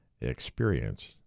experience